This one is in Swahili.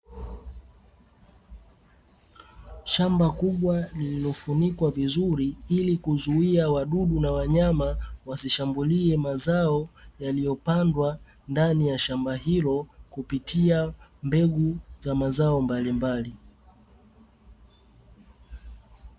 Shamba kubwa lililofunikwa vizuri, ili kuzuia wadudu na wanyama wasishambulie mazao yaliyopandwa ndani ya shamba hilo, kupitia mbegu za mazao mbalimbali.